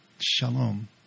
Shalom